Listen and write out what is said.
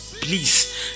please